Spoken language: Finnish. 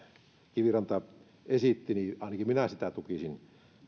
kiviranta esitti ainakin minä tukisin